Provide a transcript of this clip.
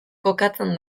kokatzen